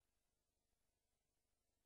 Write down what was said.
שכל מי שמסתובב בשטח יודע שזה,